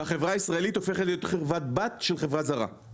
והחברה הישראלית הופכת להיות חברת הבת של החברה הזרה.